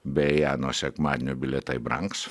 beje nuo sekmadienio bilietai brangs